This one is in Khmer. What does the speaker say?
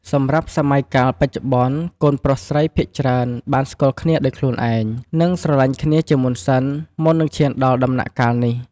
សម្រាប់សម័យបច្ចុប្បន្ន កូនប្រុសស្រីភាគច្រើនបាន ស្គាល់គ្នាដោយខ្លួនឯង និងស្រឡាញ់គ្នាជាមុនសិន មុននឹងឈានដល់ដំណាក់កាលនេះ។